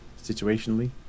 situationally